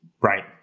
Right